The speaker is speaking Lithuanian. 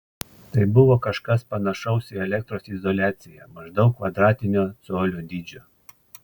tai buvo kažkas panašaus į elektros izoliaciją maždaug kvadratinio colio dydžio